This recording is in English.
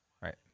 Right